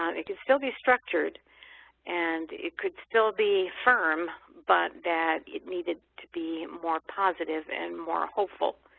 um it could still be structured and it could still be firm but that it needed to be more positive and more hopeful,